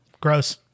Gross